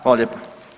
Hvala lijepa.